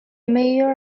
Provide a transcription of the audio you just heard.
mayor